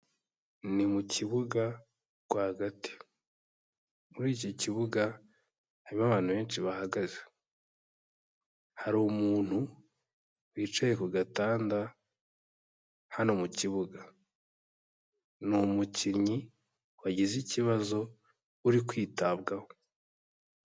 Ni mu kibuga rwagati, muri iki kibuga harimo abantu benshi bahagaze, hari umuntu wicaye ku gatanda hano mu kibuga, ni umukinnyi wagize ikibazo uri kwitabwaho.